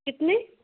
कितने